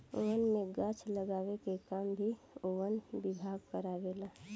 वन में गाछ लगावे के काम भी वन विभाग कारवावे ला